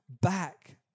back